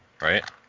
right